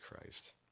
Christ